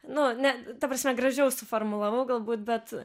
nu ne ta prasme gražiau suformulavau galbūt bet